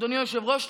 אדוני היושב-ראש,